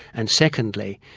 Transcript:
and secondly,